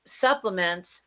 supplements